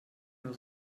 nur